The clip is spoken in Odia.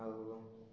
ଆଉ